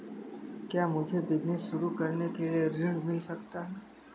क्या मुझे बिजनेस शुरू करने के लिए ऋण मिल सकता है?